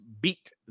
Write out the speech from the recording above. beat